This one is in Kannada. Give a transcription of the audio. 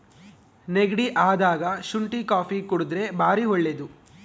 ನೆಗಡಿ ಅದಾಗ ಶುಂಟಿ ಕಾಪಿ ಕುಡರ್ದೆ ಬಾರಿ ಒಳ್ಳೆದು